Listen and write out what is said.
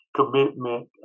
commitment